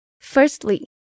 Firstly